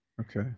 Okay